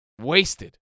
Wasted